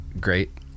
great